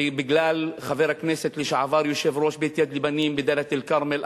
ובגלל חבר הכנסת לשעבר יושב-ראש בית "יד לבנים" בדאלית-אל-כרמל,